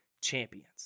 champions